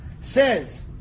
says